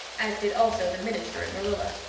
as did also the minister and marilla.